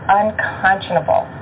unconscionable